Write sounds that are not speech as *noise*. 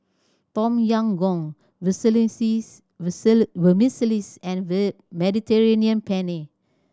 Tom Yam Goong *unintelligible* Vermicelli and *unintelligible* Mediterranean Penne